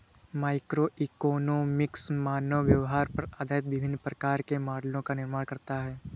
microeconomics मानव व्यवहार पर आधारित विभिन्न प्रकार के मॉडलों का निर्माण करता है